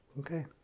Okay